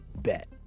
bet